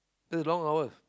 that's long hours